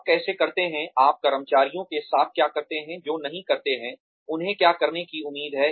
आप कैसे करते हैं आप कर्मचारियों के साथ क्या करते हैं जो नहीं करते हैं उन्हें क्या करने की उम्मीद है